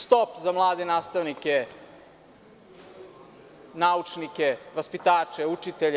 Stop za mlade nastavnike, naučnike, vaspitače, učitelje.